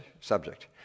subject